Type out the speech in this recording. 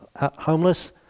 homeless